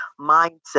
mindset